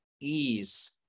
ease